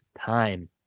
time